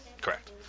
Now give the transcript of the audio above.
Correct